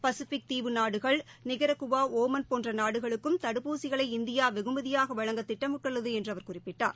Pacific தீவு நாடுகள் Nicaragua Oman போன்ற நாடுகளுக்கும் தடுப்பூசிகளை இந்தியா வெகுமதியாக வழங்க திட்டமிட்டுள்ளது என்று அவர் குறிப்பிட்டார்